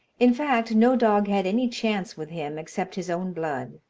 in fact, no dog had any chance with him except his own blood.